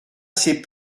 ses